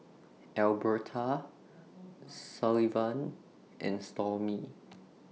Elberta Sullivan and Stormy